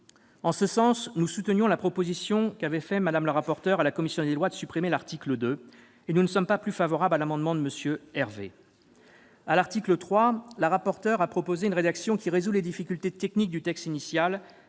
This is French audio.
En ce sens, nous soutenons la proposition faite par Mme la rapporteur à la commission des lois de supprimer l'article 2 et nous ne sommes pas favorables à l'amendement de M. Hervé. À l'article 3, la rapporteur a proposé une rédaction qui résout les difficultés techniques du texte initial,